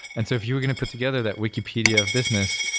and so if you were going to put together that wikipedia of business,